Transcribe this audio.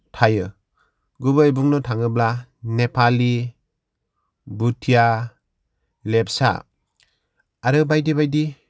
थायो गुबैयै बुंनो थाङोब्ला नेपालि भुटिया लेपचा आरो बायदि बायदि